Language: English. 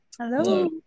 Hello